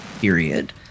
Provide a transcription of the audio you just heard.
period